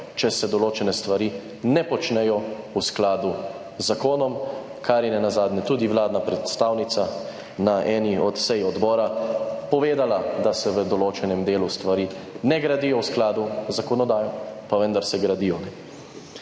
če se določene stvari ne počnejo v skladu z zakonom, kar je nenazadnje tudi vladna predstavnica na eni od sej odbora povedala, da se v določenem delu stvari ne gradijo v skladu z zakonodajo, pa vendar se gradijo.